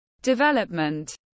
development